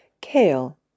Kale